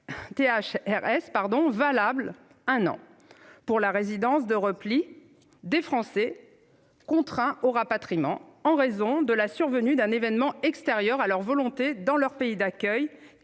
THRS valable un an, pour la résidence de repli des Français contraints au rapatriement « en raison de la survenue d'un événement extérieur à leur volonté dans leur pays d'accueil